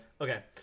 Okay